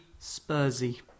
Spursy